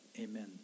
amen